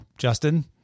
Justin